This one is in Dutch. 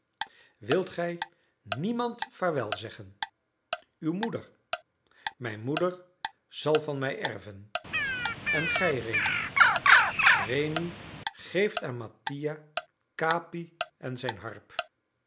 wilt gij niemand vaarwelzeggen uw moeder mijn moeder zal van mij erven en gij rémi rémi geeft aan mattia capi en zijn harp